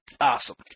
Awesome